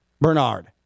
Bernard